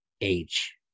age